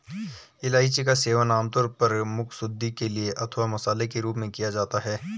इलायची का सेवन आमतौर पर मुखशुद्धि के लिए अथवा मसाले के रूप में किया जाता है